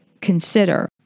consider